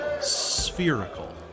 spherical